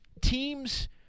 teams